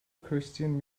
christian